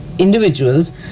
individuals